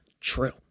true